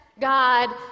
God